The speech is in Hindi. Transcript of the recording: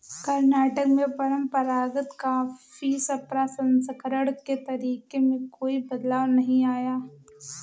कर्नाटक में परंपरागत कॉफी प्रसंस्करण के तरीके में कोई बदलाव नहीं आया है